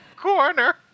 Corner